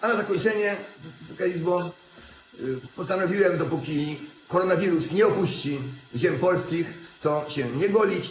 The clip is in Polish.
A na zakończenie, Wysoka Izbo, postanowiłem, dopóki koronawirus nie opuści polskich ziem, się nie golić.